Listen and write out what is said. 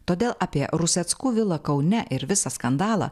todėl apie ruseckų vilą kaune ir visą skandalą